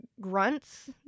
grunts